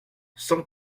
cent